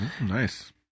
Nice